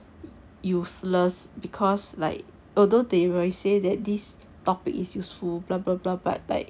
useless because like although they might say that this topic is useful blah blah blah but like